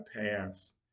pass